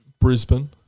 Brisbane